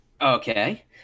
Okay